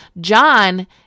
John